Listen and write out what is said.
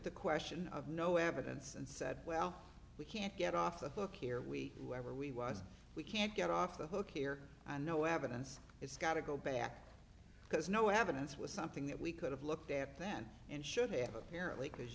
the question of no evidence and said well we can't get off the hook here we were we was we can't get off the hook here and no evidence it's got to go back because no evidence was something that we could have looked at then and should have apparently